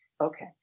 Okay